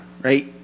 right